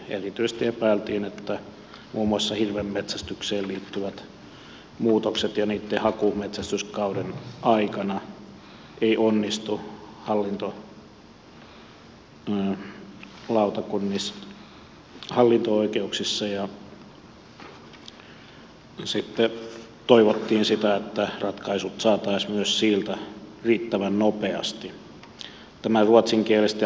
erityisesti epäiltiin että muun muassa hirvenmetsästykseen liittyvät muutokset ja niitten haku metsästyskauden aikana eivät onnistu hallinto oikeuksissa ja sitten toivottiin sitä että ratkaisut saataisiin myös niistä riittävän nopeasti